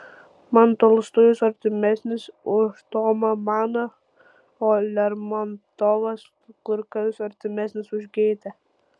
man tolstojus artimesnis už tomą maną o lermontovas kur kas artimesnis už gėtę